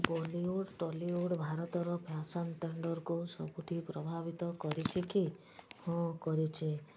Bollywood Tollywood ଭାରତର fashion ଟେଣ୍ଡର୍କୁ ସବୁଠି ପ୍ରଭାବିତ କରିଛି କି ହଁ କରିଛି